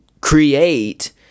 create